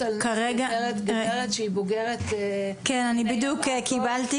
בדיוק קיבלתי